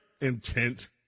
intent